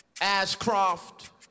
Ashcroft